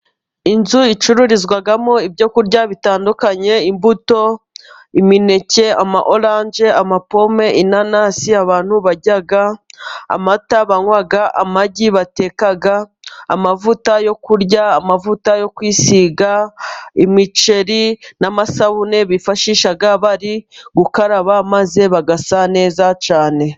Inzu icururizwamo ibyo kurya bitandukanye, imbuto, imineke, ama oranje, amapome, inanasi, abantu barya, amata banywa, amagi bateka, amavuta yo kurya, amavuta yo kwisiga, imiceri n'amasabune bifashisha bari gukaraba, maze bagasa neza cyane.